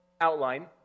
outline